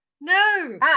no